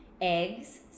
eggs